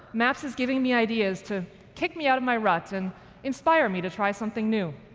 maps is giving me ideas to kick me out of my rut and inspire me to try something new.